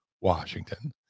Washington